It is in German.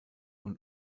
und